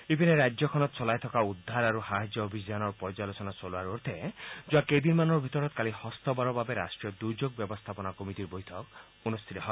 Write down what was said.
ইফালে ৰাজ্যখনত চলাই থকা উদ্ধাৰ আৰু সাহায্য অভিযানৰ পৰ্যালোচনা চলোৱাৰ অৰ্থে যোৱা কেইদিনমানৰ ভিতৰত কালি ষষ্ঠবাৰৰ বাবে ৰাষ্ট্ৰীয় দূৰ্যোগ ব্যৱস্থাপনা কমিটীৰ বৈঠক অনুষ্ঠিত হয়